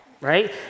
right